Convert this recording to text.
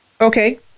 Okay